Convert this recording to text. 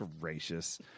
Gracious